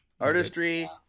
artistry